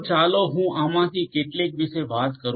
તો ચાલો હું આમાંથી કેટલીક વિશે વાત કરું